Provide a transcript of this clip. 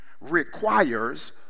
requires